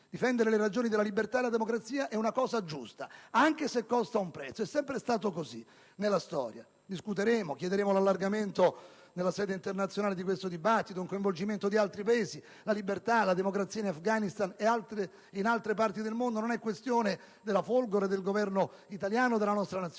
Difendere le ragioni della libertà e della democrazia è una cosa giusta, anche se costa un prezzo: è sempre stato così nella storia. Discuteremo, chiederemo l'allargamento di questo dibattito nella sede internazionale, un coinvolgimento di altri Paesi. La libertà e la democrazia in Afghanistan e in altre parti del mondo non sono questioni che riguardano la Folgore, il Governo italiano e la nostra Nazione